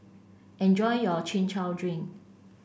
enjoy your Chin Chow Drink